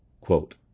Quote